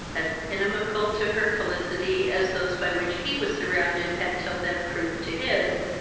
as inimical to her felicity as those by which he was surrounded had till then proved to his,